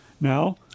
now